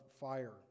fire